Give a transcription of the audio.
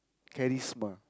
charisma